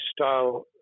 style